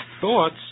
thoughts